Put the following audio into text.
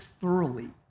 thoroughly